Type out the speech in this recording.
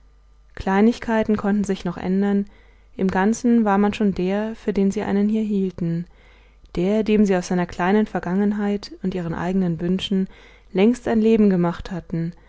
kleinigkeiten konnten sich noch ändern im ganzen war man schon der für den sie einen hier hielten der dem sie aus seiner kleinen vergangenheit und ihren eigenen wünschen längst ein leben gemacht hatten